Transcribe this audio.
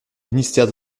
ministère